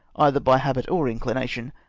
either by habit or inclination,